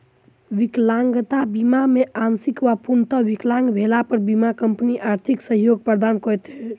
विकलांगता बीमा मे आंशिक वा पूर्णतः विकलांग भेला पर बीमा कम्पनी आर्थिक सहयोग प्रदान करैत छै